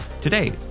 Today